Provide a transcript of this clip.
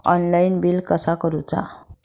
Online bill कसा करुचा?